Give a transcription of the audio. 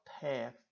path